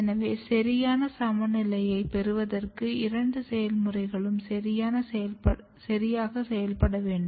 எனவே சரியான சமநிலையைப் பெறுவதற்கு இரண்டு செயல்முறைகளும் சரியாக செயல்பட வேண்டும்